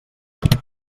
tant